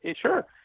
sure